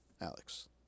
alex